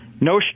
No